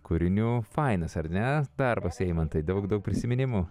kūrinių fainas ar ne darbas eimantai daug daug prisiminimų